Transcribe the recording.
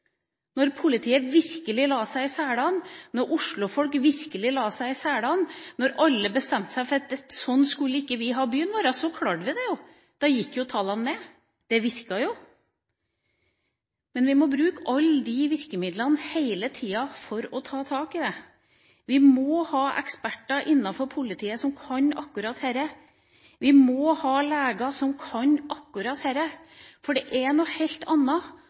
politiet virkelig la seg i selen, da Oslo-folk virkelig la seg i selen og alle bestemte seg for at sånn skulle vi ikke ha det i byen vår, så klarte vi det. Da gikk tallene ned, det virket. Men vi må bruke alle virkemidlene, hele tida, for å ta tak i det. Vi må ha eksperter innenfor politiet som kan akkurat dette, vi må ha leger som kan akkurat dette, for det er noe helt